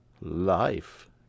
Life